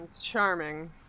Charming